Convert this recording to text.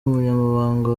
umunyamabanga